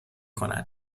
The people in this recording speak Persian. کنیم